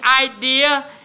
idea